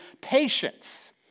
patience